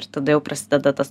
ir tada jau prasideda tas